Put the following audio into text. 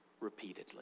repeatedly